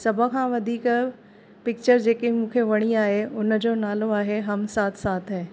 सभ खां वधीक पिकिचरु जेकी मूंखे वणी आहे हुनजो नालो आहे हम साथ साथ हैं